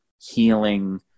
healing